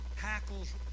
Hackles